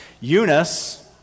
Eunice